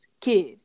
kid